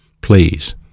Please